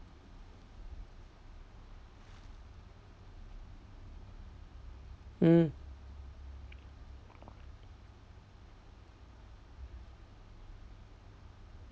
hmm